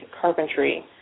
carpentry